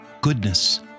goodness